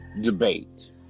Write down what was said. debate